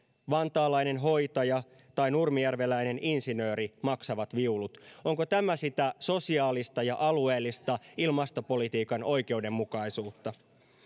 vantaalainen hoitaja tai nurmijärveläinen insinööri maksavat viulut onko tämä sitä sosiaalista ja alueellista ilmastopolitiikan oikeudenmukaisuutta